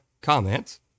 comments